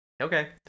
Okay